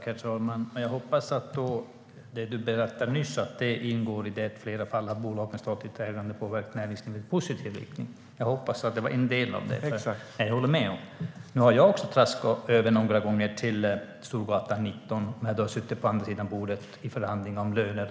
Herr talman! Jag hoppas att det ministern nyss berättade ingår i de fall då bolag med statligt ägande påverkar näringslivet i positiv riktning. Jag hoppas att det var en del av det. : Exakt.) Det håller jag med om. Jag har också traskat över till Storgatan 19 några gånger, då ministern har suttit på andra sidan bordet i förhandlingar om löner.